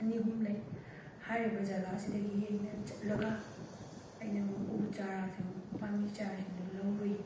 ꯑꯅꯤ ꯑꯍꯨꯝ ꯂꯩ ꯍꯥꯏꯔꯤꯕ ꯖꯒꯥꯁꯤꯗꯒꯤ ꯑꯩꯅ ꯆꯠꯂꯒ ꯑꯩꯅ ꯎ ꯆꯥꯔꯥꯁꯤꯡ ꯄꯥꯝꯕꯤ ꯆꯥꯔꯥꯁꯤꯡꯗꯣ ꯂꯧꯔꯨꯏ